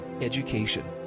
education